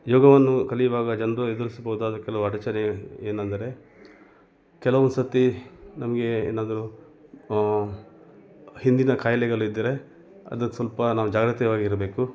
ಯೋಗವನ್ನು ಕಲಿಯುವಾಗ ಜನರು ಎದುರಿಸಬಹುದಾದ ಕೆಲವು ಅಡಚಣೆ ಏನಂದರೆ ಕೆಲವೊಂದು ಸತಿ ನಮಗೆ ಏನಾದರೂ ಹಿಂದಿನ ಖಾಯಿಲೆಗಳು ಇದ್ದರೆ ಅದಕ್ಕೆ ಸ್ವಲ್ಪ ನಾವು ಜಾಗೃತವಾಗಿರಬೇಕು